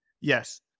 Yes